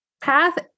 path